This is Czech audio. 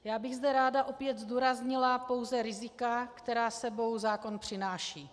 Já bych zde ráda opět zdůraznila pouze rizika, která s sebou zákon přináší.